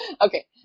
okay